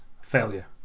failure